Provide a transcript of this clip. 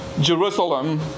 Jerusalem